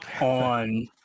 on